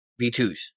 V2s